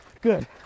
Good